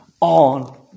on